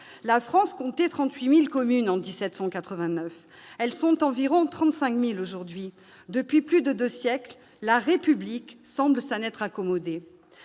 La France comptait 38 000 communes en 1789. Elles sont environ 35 000 aujourd'hui. Depuis plus de deux siècles, la République semble s'en être accommodée.